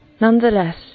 Nonetheless